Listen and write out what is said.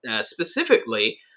specifically